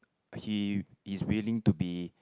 he is willing to be